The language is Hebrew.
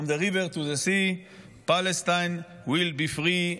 From the river to the sea Palestine will be free,